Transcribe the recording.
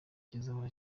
kizahora